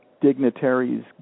dignitaries